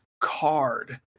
card